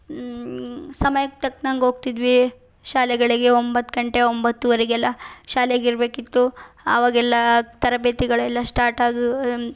ಸಮಯಕ್ಕೆ ತಕ್ನಾಗಿ ಹೋಗ್ತಿದ್ವಿ ಶಾಲೆಗಳಿಗೆ ಒಂಬತ್ತು ಗಂಟೆ ಒಂಬತ್ತುವರೆಗೆಲ್ಲ ಶಾಲೆಗಿರಬೇಕಿತ್ತು ಆವಾಗೆಲ್ಲಾ ತರಬೇತಿಗಳೆಲ್ಲ ಸ್ಟಾರ್ಟಾಗು